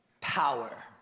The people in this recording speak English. power